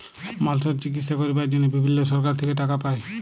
মালসর চিকিশসা ক্যরবার জনহে বিভিল্ল্য সরকার থেক্যে টাকা পায়